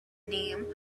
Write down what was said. name